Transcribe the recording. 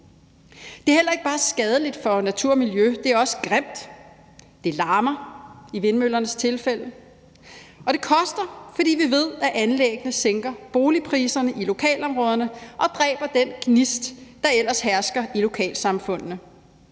Det er heller ikke bare skadeligt for naturen og miljøet, men det er også grimt, og det larmer i vindmøllernes tilfælde også, og det koster. For vi ved, at anlæggene sænker boligpriserne i lokalområderne, og at det dræber den gnist, der ellers hersker i lokalsamfundene,